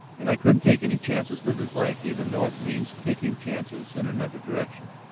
and i couldn't take any chances with his life even though it means taking chances in another direction.